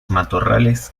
matorrales